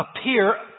appear